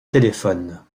téléphone